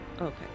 Okay